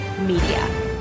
Media